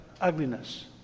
ugliness